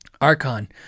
Archon